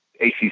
ACC